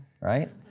right